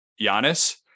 Giannis